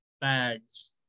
bags